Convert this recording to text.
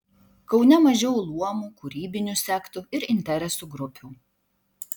kaune mažiau luomų kūrybinių sektų ir interesų grupių